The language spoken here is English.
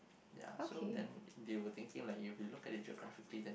ya so then they were thinking like if you look at it geographically then